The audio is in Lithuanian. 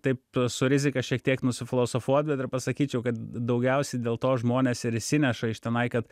taip su rizika šiek tiek nusifilosofuot bet ir pasakyčiau kad daugiausiai dėl to žmonės ir išsineša iš tenai kad